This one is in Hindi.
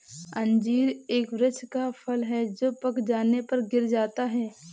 अंजीर एक वृक्ष का फल है जो पक जाने पर गिर जाता है